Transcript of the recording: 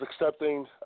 accepting